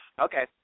okay